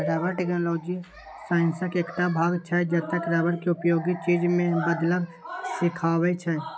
rubber technology साइंसक एकटा भाग छै जतय रबर केँ उपयोगी चीज मे बदलब सीखाबै छै